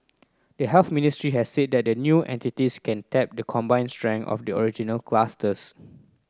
the Health Ministry has said that the new entities can tap the combined strength of the original clusters